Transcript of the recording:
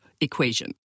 equation